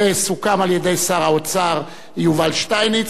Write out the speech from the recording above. וסוכמה על-ידי שר האוצר יובל שטייניץ.